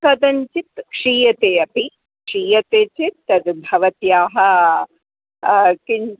कथंचित् क्षीयते अपि क्षीयते चेत् तद् भवत्याः किं